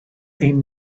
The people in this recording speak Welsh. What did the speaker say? ein